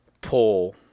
pull